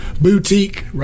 boutique